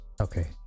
okay